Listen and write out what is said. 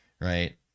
right